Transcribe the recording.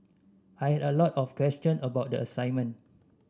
I had a lot of question about the assignment